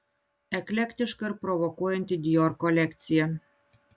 eklektiška ir provokuojanti dior kolekcija